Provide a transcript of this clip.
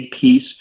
piece